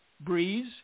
breeze